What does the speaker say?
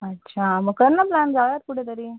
अच्छा मग कर ना प्लॅन जाऊयात कुठेतरी